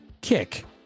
Kick